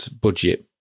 budget